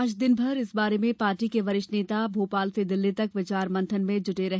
आज दिन भर इस बारे में पार्टी के वरिष्ठ नेता भोपाल से दिल्ली तक विचार मंथन में जुटे रहे